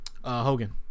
Hogan